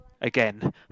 again